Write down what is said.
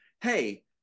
hey